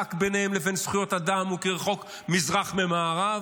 שהמרחק בינם לבין זכויות אדם הוא כרחוק מזרח ממערב,